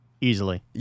Easily